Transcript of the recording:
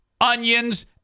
onions